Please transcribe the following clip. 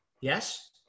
Yes